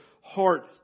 heart